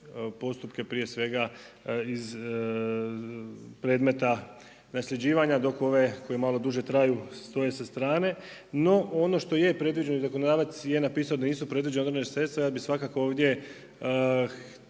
postupke prije svega iz predmeta nasljeđivanja dok ove koje malo duže traju stoje sa strane. No, ono što je predvidio i zakonodavac je napisao da nisu predviđena određena sredstva. Ja bih svakako ovdje